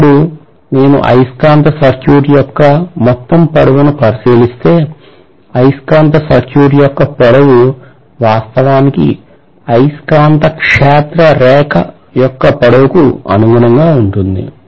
ఇప్పుడు నేను అయస్కాంత సర్క్యూట్ యొక్క మొత్తం పొడవును పరిశీలిస్తే అయస్కాంత సర్క్యూట్ యొక్క పొడవు వాస్తవానికి అయస్కాంత క్షేత్ర రేఖ యొక్క పొడవుకు అనుగుణంగా ఉంటుంది